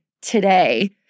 today